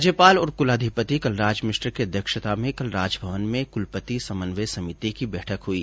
राज्यपाल और कुलाधिपति कलराज मिश्र की अध्यक्षता में कल राजभवन में कुलपति समन्वय समिति की बैठक हुई